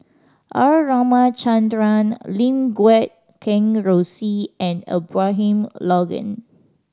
R Ramachandran Lim Guat Kheng Rosie and Abraham Logan